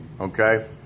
Okay